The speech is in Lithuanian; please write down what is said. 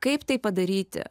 kaip tai padaryti